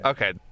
Okay